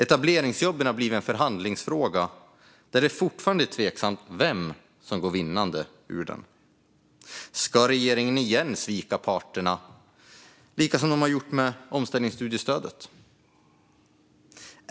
Etableringsjobben har blivit en förhandlingsfråga, och det är fortfarande tveksamt vem som går vinnande ur den förhandlingen. Ska regeringen återigen svika parterna, precis som man gjort när det gäller omställningsstudiestödet?